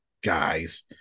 guys